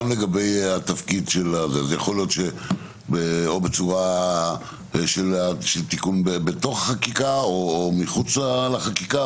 זה יכול להיות בצורה של תיקון בתוך החקיקה או מחוץ לחקיקה,